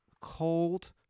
cold